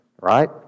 right